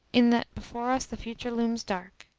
in that before us the future looms dark,